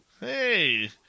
Hey